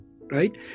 right